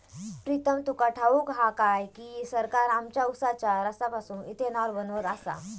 प्रीतम तुका ठाऊक हा काय की, सरकार आमच्या उसाच्या रसापासून इथेनॉल बनवत आसा